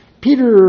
Peter